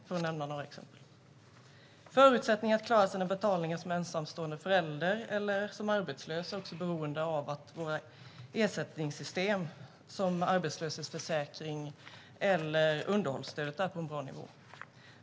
Förutsättningarna att klara sina betalningar som ensamstående förälder eller arbetslös är också beroende av att våra ersättningssystem, som arbetslöshetsförsäkringen eller underhållsstödet, är på en bra nivå.